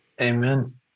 Amen